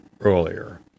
earlier